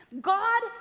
God